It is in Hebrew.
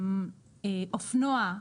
אופנוע,